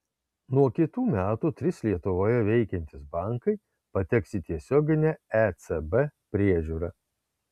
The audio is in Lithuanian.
nuo kitų metų trys lietuvoje veikiantys bankai pateks į tiesioginę ecb priežiūrą